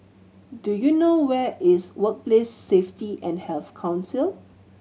do you know where is Workplace Safety and Health Council